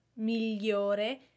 Migliore